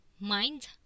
Mind